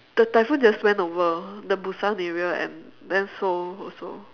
the typhoon just went over the Busan area and then Seoul also